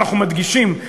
אנחנו מדגישים,